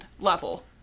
level